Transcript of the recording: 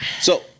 so-